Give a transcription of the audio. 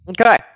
Okay